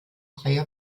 freie